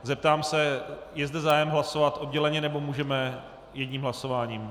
Zeptám se: je zde zájem hlasovat odděleně, nebo můžeme jedním hlasováním?